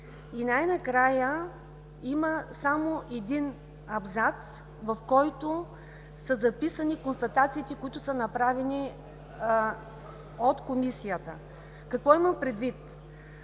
и най-накрая има само един абзац, в който са записани констатациите, направени от Комисията. Какво имам предвид?